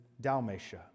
Dalmatia